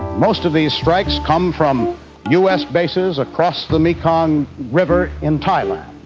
most of these strikes come from us bases across the mekong river in thailand.